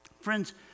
friends